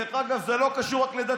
דרך אגב, זה לא קשור רק לדתיים.